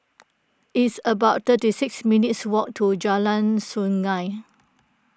it's about thirty six minutes' walk to Jalan Sungei